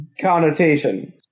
connotation